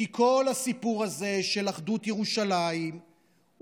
כי כל הסיפור הזה של אחדות ירושלים נשמע